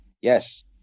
Yes